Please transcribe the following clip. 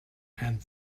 and